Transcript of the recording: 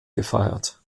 gefeiert